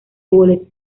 goles